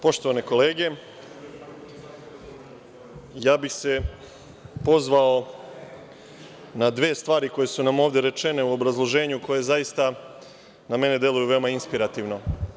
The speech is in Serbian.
Poštovane kolege, ja bih se pozvao na dve stvari koje su nam ovde rečene u obrazloženju koje zaista na mene deluju veoma inspirativno.